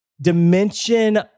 dimension